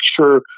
sure